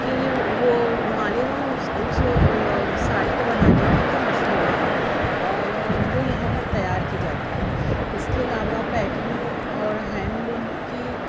کے لئے وہ مالیگاؤں اُس اُس ساڑھی کو بنانے کے لئے مشہور ہے اور وہ یہاں پر تیار کی جاتی ہے اِس کے علاوہ پیٹھنیو اور ہینڈ لوم کی